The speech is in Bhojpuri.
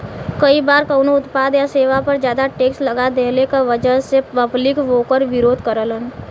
कई बार कउनो उत्पाद या सेवा पर जादा टैक्स लगा देहले क वजह से पब्लिक वोकर विरोध करलन